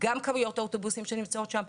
כמויות האוטובוסים שנמצאים שם,